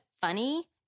funny